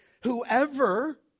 whoever